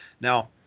Now